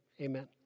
amen